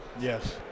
Yes